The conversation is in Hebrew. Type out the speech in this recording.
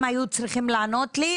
הם היו צריכים לענות לי,